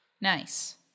Nice